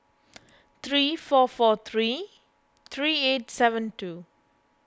three four four three three eight seven two